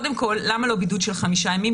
למה לא בידוד של חמישה ימים?